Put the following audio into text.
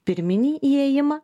pirminį įėjimą